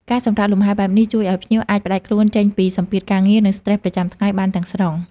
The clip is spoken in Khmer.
ការសម្រាកលំហែបែបនេះ ជួយឲ្យភ្ញៀវអាចផ្តាច់ខ្លួនចេញពីសម្ពាធការងារ និងស្ត្រេសប្រចាំថ្ងៃបានទាំងស្រុង។